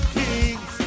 kings